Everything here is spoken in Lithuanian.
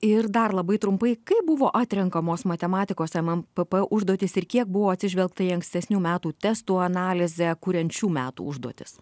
ir dar labai trumpai kaip buvo atrenkamos matematikos nmpp užduotys ir kiek buvo atsižvelgta į ankstesnių metų testų analizę kuriant šių metų užduotis